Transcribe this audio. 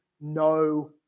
no